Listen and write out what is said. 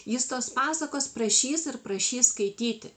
jis tos pasakos prašys ir prašys skaityti